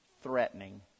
threatening